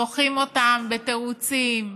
דוחים אותן בתירוצים: